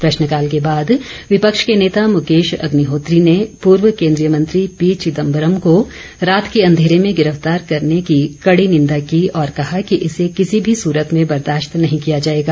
प्रश्नकाल के बाद विपक्ष के नेता मुकेश अग्निहोत्री ने पूर्व केंद्रीय मंत्री पी चिदंबरम को रात के अंधेरे में गिरफ्तार करने की कड़ी निंदा की और कहा कि इसे किसी भी सुरत में बर्दाश्त नहीं किया जाएगा